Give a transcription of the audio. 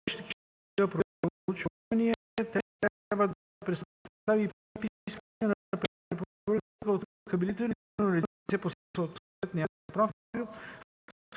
...